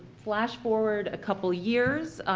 flash forward a couple years,